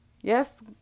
Yes